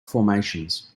formations